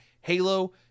Halo